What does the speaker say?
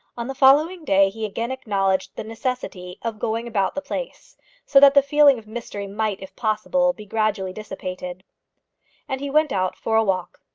on the following day he again acknowledged the necessity of going about the place so that the feeling of mystery might, if possible, be gradually dissipated and he went out for a walk.